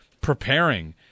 preparing